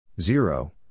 zero